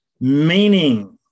meaning